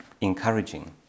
encouraging